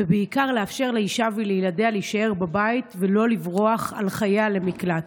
ובעיקר לאפשר לאישה ולילדיה להישאר בבית ולא לברוח על חייה למקלט.